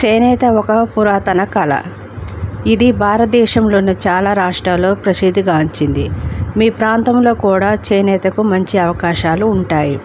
చేనేత ఒక పురాతన కళ ఇది భారతదేశంలో ఉన్న చాలా రాష్ట్రాల్లో ప్రసిద్ధిగాంచింది మీ ప్రాంతంలో కూడా చేనేతకు మంచి అవకాశాలు ఉంటాయి